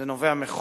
זה נובע מחוק,